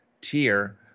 tier